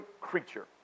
creature